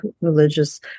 religious